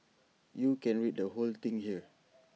you can read the whole thing here